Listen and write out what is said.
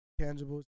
Tangible